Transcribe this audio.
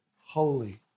holy